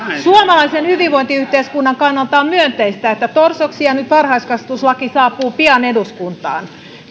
suomalaisen hyvinvointiyhteiskunnan kannalta on myönteistä että torsoksi jäänyt varhaiskasvatuslaki saapuu pian eduskuntaan